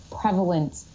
prevalent